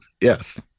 yes